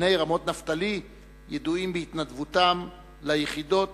בני רמות-נפתלי ידועים בהתנדבותם ליחידות